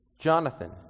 Jonathan